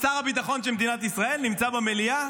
שר הביטחון של מדינת ישראל נמצא במליאה,